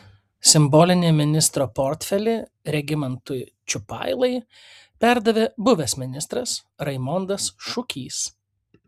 simbolinį ministro portfelį regimantui čiupailai perdavė buvęs ministras raimondas šukys